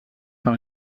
par